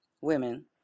women